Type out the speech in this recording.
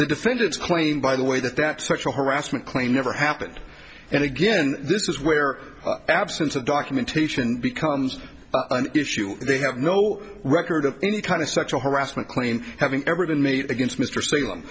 the defendant's claim by the way that that sexual harassment claim never happened and again this is where absence of documentation becomes an issue they have no record of any kind of sexual harassment claim having ever been made against mr salem